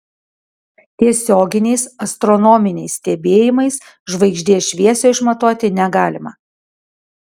tiesioginiais astronominiais stebėjimais žvaigždės šviesio išmatuoti negalima